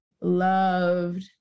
loved